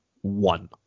One